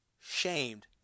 shamed